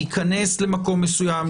להיכנס למקום מסוים,